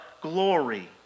glory